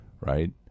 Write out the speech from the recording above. right